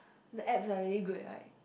the Apps are really good like